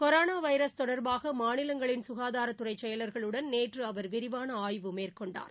corona virus தொடர்பாக மாநிலங்களின் சுகாதாரத்துறை செயலர்களுடன் நேற்று அவர் விரிவான ஆய்வு மேற்கொண்டார்